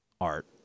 art